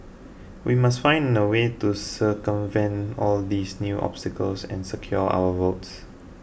we must find a way to circumvent all these new obstacles and secure our votes